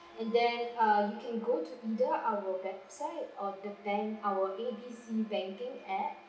and then err you can go to either our website or the bank our A B C banking app